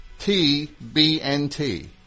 T-B-N-T